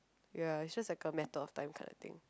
ya it's just like a matter of time kinda thing